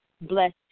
blessed